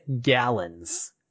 gallons